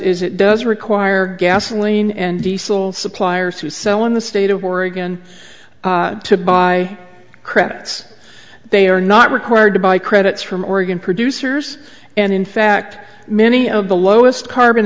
is it does require gasoline and diesel suppliers who sell in the state of oregon to buy credits they are not required to buy credits from oregon producers and in fact many of the lowest carbon